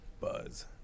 Buzz